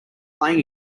playing